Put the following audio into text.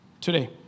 today